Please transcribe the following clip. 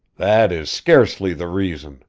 that is scarcely the reason,